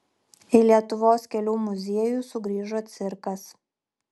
į lietuvos kelių muziejų sugrįžo cirkas